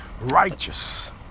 righteous